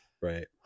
Right